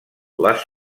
les